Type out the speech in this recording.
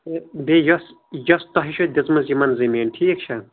تہٕ بیٚیہِ یۄس یۄس تۄہہِ چھو دِژمٕژ یِمن زٔمیین ٹھیٖک چھا